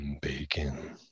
Bacon